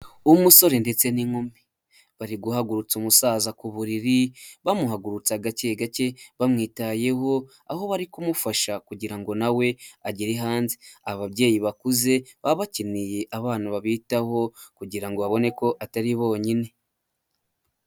Umusore ndetse n'inkumi bari guhagurutsa umusaza ku buriri, bamuhagurutsa agake gake bamwitayeho aho bari kumufasha kugira ngo nawe agere hanze. Ababyeyi bakuze baba bakeneye abana babitaho kugira ngo babone ko atari bonyine.